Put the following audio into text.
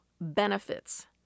benefits